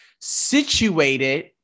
situated